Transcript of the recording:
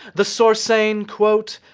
the source saying, quote,